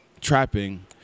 trapping